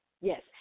Yes